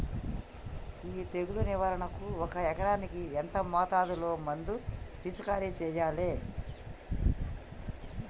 ఈ తెగులు నివారణకు ఒక ఎకరానికి ఎంత మోతాదులో మందు పిచికారీ చెయ్యాలే?